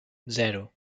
zero